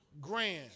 Grand